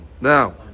Now